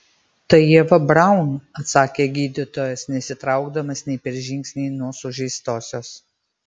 tai ieva braun atsakė gydytojas nesitraukdamas nei per žingsnį nuo sužeistosios